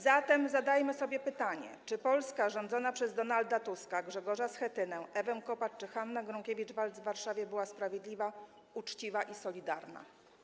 Zatem zadajmy sobie pytanie: Czy Polska rządzona przez Donalda Tuska, Grzegorza Schetynę, Ewę Kopacz czy Hannę Gronkiewicz-Waltz w Warszawie była sprawiedliwa, uczciwa i solidarna?